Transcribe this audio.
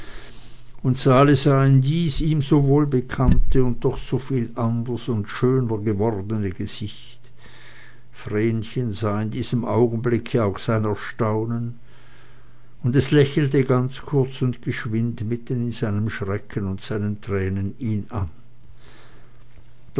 und sali sah in dies ihm so wohlbekannte und doch soviel anders und schöner gewordene gesicht vrenchen sah in diesem augenblicke auch sein erstaunen und es lächelte ganz kurz und geschwind mitten in seinem schrecken und in seinen tränen ihn an